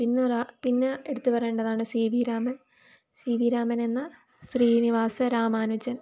പിന്നൊര പിന്നെ എടുത്ത് പറയേണ്ടതാണ് C V Raman C V രാമനെന്ന ശ്രീനിവാസരാമാനുജൻ